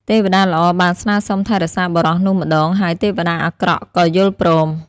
ទេវតាល្អបានស្នើសុំថែរក្សាបុរសនោះម្តង ហើយទេវតាអាក្រក់ក៏យល់ព្រម។